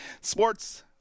sports